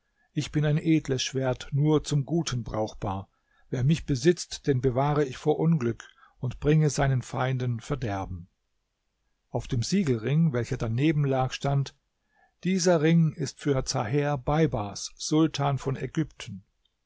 ich bin ein edles schwert nur zum guten brauchbar wer mich besitzt den bewahre ich vor unglück und bringe seinen feinden verderben auf dem siegelring welcher daneben lag stand dieser ring ist für zaher beibars sultan von ägypten